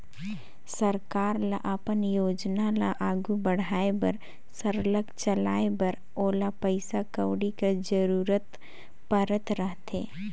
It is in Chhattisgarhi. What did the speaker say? सरकार ल अपन योजना ल आघु बढ़ाए बर सरलग चलाए बर ओला पइसा कउड़ी कर जरूरत परत रहथे